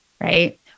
right